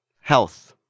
Health